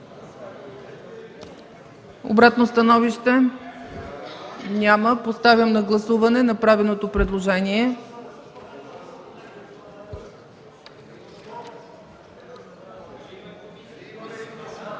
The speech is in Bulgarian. Обратно становище? Няма. Поставям на гласуване направеното предложение.